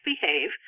behave